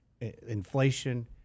Inflation